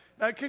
Now